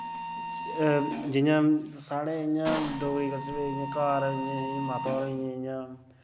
जि'यां साढ़े इ'यां डोगरी कल्चर इ'यां घर इ'यां माता और होई गेइयां इ'यां